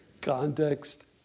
context